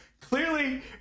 Clearly